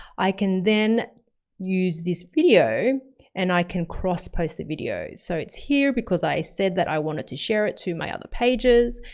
i can then use this video and i can crosspost the videos. so it's here because i said that i wanted to share it to my other pages.